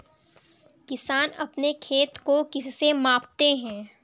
किसान अपने खेत को किससे मापते हैं?